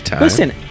listen